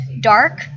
dark